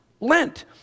Lent